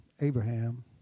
Abraham